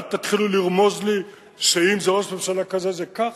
אל תתחילו לרמוז לי שאם זה ראש ממשלה כזה זה כך,